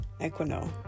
Equino